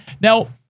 Now